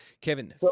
Kevin